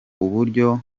uburyo